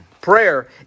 Prayer